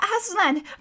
Aslan